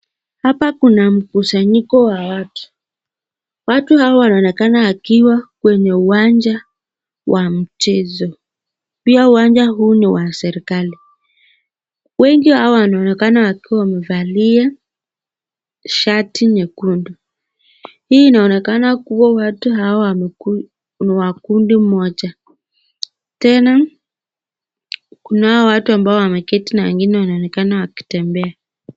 Hapa kuna mkusanyiko ya watu. Watu hawa wanaonekana wakiwa kwenye uwanja wa mchezo. Pia uwanja huu ni wa serikali. Wengi hawa wanaonekana wamevalia shati nyekundu. Hii inaonekana kuwa watu hawa ni wa kundi moja. Tena kunao watu wameketi na wengine wanaonekana wakitembea.